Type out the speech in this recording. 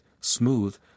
smooth